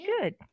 good